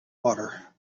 water